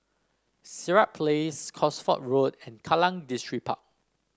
Sirat Place Cosford Road and Kallang Distripark